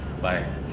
Bye